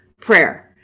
prayer